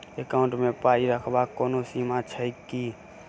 Account मे पाई रखबाक कोनो सीमा छैक की?